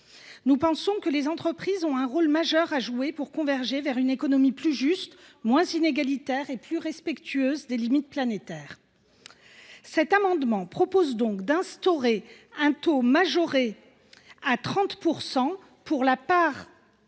Or, à nos yeux, les entreprises ont un rôle majeur à jouer pour converger vers une économie plus juste, moins inégalitaire et plus respectueuse des limites planétaires. Cet amendement vise donc à instaurer un taux majoré d’impôt sur